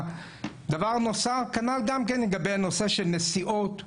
דבר נוסף, כנ"ל גם כן לגבי הנושא של נסיעות.